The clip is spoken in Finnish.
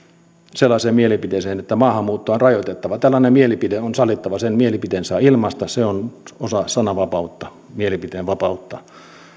sellaiseen mielipiteeseen että maahanmuuttoa on rajoitettava tällainen mielipide on sallittava sen mielipiteen saa ilmaista se on osa sananvapautta mielipiteenvapautta